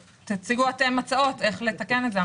תציגו אתם הצעות איך לתקן את זה.